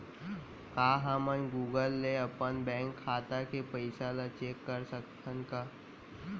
का हमन गूगल ले अपन बैंक खाता के पइसा ला चेक कर सकथन का?